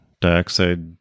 dioxide